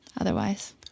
Otherwise